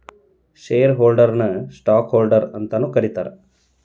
share ಹೋಲ್ಡರ್ನ ನ stock holder ಅಂತಾನೂ ಕರೇತಾರ